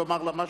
לומר לה משהו?